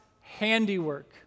handiwork